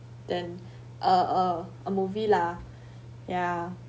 than uh uh a movie lah ya